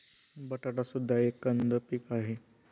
बटाटा सुद्धा एक कंद पीक आहे